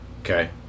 Okay